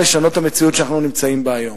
שהיה יכול לשנות את המציאות שאנחנו נמצאים בה היום,